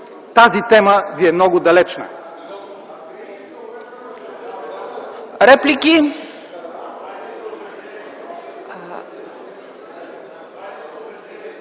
тази тема ви е много далечна. (Реплики